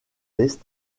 est